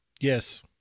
yes